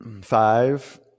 Five